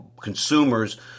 consumers